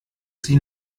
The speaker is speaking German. sie